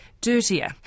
Dirtier